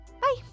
Bye